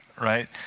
right